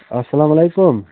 اسلام علیکُم